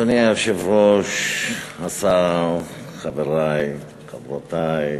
אדוני היושב-ראש, השר, חברי, חברותי,